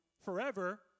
forever